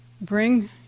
bring